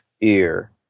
Ear